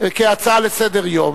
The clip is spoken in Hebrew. כהצעה לסדר-היום,